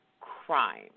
crime